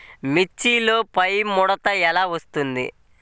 మిర్చిలో పైముడత ఎలా వస్తుంది?